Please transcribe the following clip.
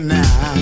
now